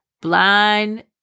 Blind